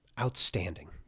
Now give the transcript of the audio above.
outstanding